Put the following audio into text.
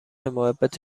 محبت